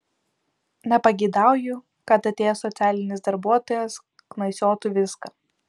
nepageidauju kad atėjęs socialinis darbuotojas knaisiotų viską